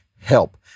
help